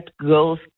girls